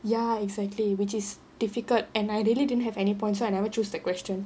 ya exactly which is difficult and I really didn't have any points so I never choose the question